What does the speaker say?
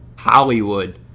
hollywood